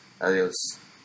Adios